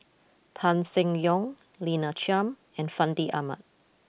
Tan Seng Yong Lina Chiam and Fandi Ahmad